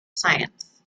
science